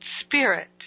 spirit